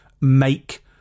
make